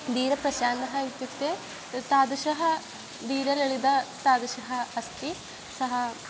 दीरप्रशान्तः इत्युक्ते त तादृशः वीरललिताः तादृशः अस्ति सः